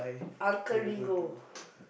Uncle-Ringo